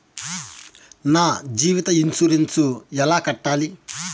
నా జీవిత ఇన్సూరెన్సు ఎలా కట్టాలి?